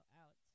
out